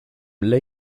lake